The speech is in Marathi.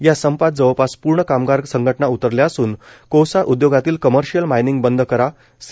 या संपात जवळपास पूर्ण कामगार संघटना उतरल्या असून कोळसा उद्योगातील कमर्शियल मायनिंग बंद करा सी